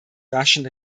raschen